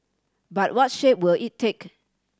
but what shape will it take